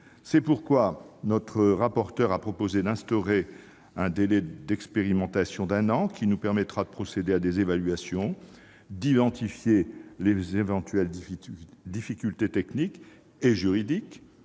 C'est pourquoi la rapporteure a proposé d'instaurer un délai d'expérimentation d'un an qui nous permettra de procéder à des évaluations, d'identifier les éventuelles difficultés techniques et juridiques